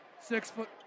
six-foot